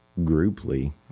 grouply